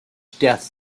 death